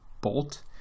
bolt